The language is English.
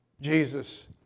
Jesus